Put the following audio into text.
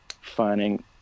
finding